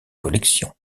collections